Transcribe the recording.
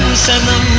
seven